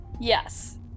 Yes